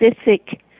specific